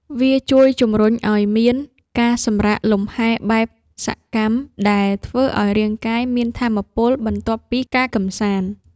វាជួយជំរុញឱ្យមាន ការសម្រាកលម្ហែបែបសកម្ម ដែលធ្វើឱ្យរាងកាយមានថាមពលបន្ទាប់ពីការកម្សាន្ត។